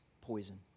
poison